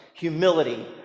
humility